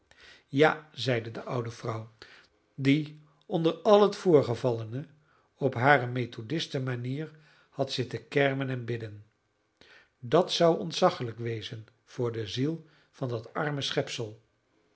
ja zeide de oude vrouw die onder al het voorgevallene op hare methodisten manier had zitten kermen en bidden dat zou ontzaglijk wezen voor de ziel van dat arme schepsel